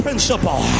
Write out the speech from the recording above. principle